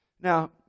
Now